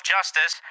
Justice